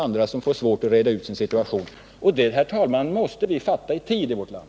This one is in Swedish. Det blir dessa som får det svårt att reda ut sin situation, och det måste vi förstå i tid i vårt land.